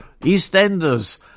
EastEnders